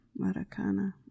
Maracana